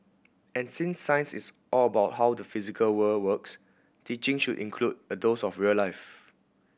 and since science is all about how the physical world works teaching should include a dose of real life